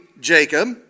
Jacob